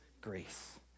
grace